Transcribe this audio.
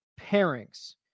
pairings